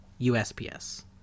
usps